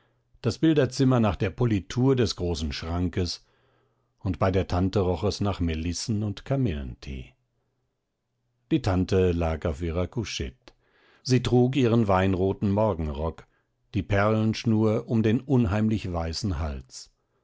das bilderzimmer nach der politur des großen schrankes und bei der tante roch es nach melissen und kamillentee die tante lag auf ihrer couchette sie trug ihren weinroten morgenrock die perlenschnur um den unheimlich weißen hals